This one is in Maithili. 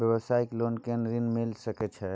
व्यवसाय ले केना कोन ऋन मिल सके छै?